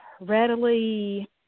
readily